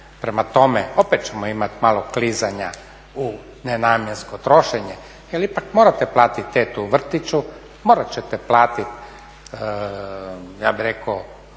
Prema tome opet ćemo imati malo klizanja u nenamjensko trošenje jer ipak morate platiti tetu u vrtiću, morat ćete platiti ja bih rekao